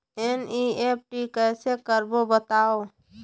NEFT कैसे करबो बताव?